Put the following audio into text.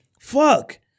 Fuck